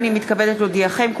הנני מתכבדת להודיעכם,